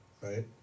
Right